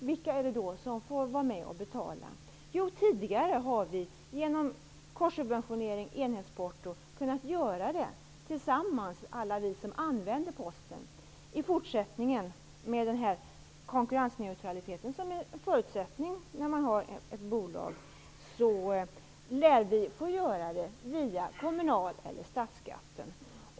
Vilka får då betala för detta? Tidigare har alla vi som anlitar Posten kunnat göra detta genom korssubventionering och enhetsporto. I fortsättningen lär vi med tanke på den konkurrensneutralitet som är en förutsättning för bolagsverksamheten få göra det via kommunaleller statsskatten.